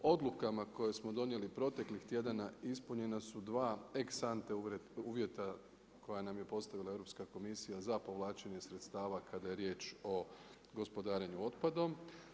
Odlukama koje smo donijeli proteklih tjedana ispunjena su dva ex ante uvjeta koja nam je postavila Europska komisija za povlačenje sredstava kada je riječ o gospodarenju otpadom.